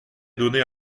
donnée